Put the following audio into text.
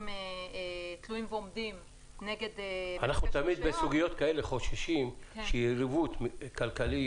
תלויים ועומדים נגד -- בסוגיות כאלה אנחנו תמיד חוששים שיריבות כלכלית,